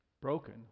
broken